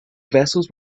vessels